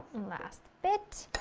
last bit.